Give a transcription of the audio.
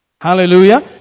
Hallelujah